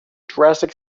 drastic